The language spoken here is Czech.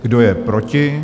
Kdo je proti?